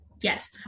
Yes